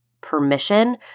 permission